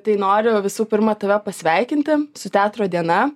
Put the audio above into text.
tai noriu visų pirma tave pasveikinti su teatro diena